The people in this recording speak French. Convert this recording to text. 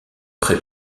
pré